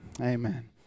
Amen